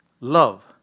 love